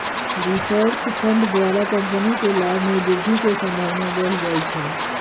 research fund द्वारा company के लाभ में वृद्धि के संभावना बढ़ जाइ छइ